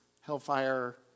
hellfire